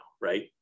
right